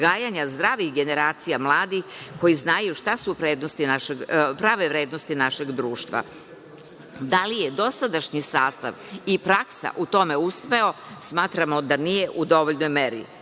odgajanja zdravih generacija mladih koji znaju šta su prave vrednosti našeg društva. Da li je dosadašnji sastav i praksa u tome uspela? Smatramo da nije u dovoljnoj meri.